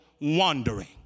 wandering